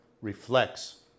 reflects